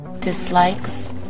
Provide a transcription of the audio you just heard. dislikes